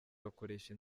bakoresha